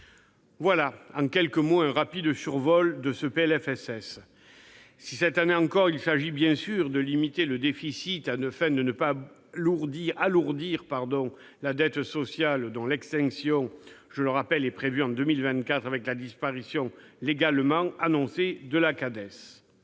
Voilà, en quelques mots, un rapide survol de ce PLFSS. Cette année encore, il s'agit de limiter le déficit afin de ne pas alourdir la dette sociale, dont l'extinction, je le rappelle, est prévue en 2024 avec la disparition légalement annoncée de la Cades.